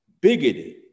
bigoted